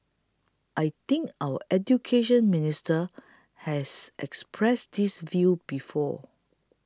I think our Education Minister has expressed this view before